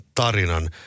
tarinan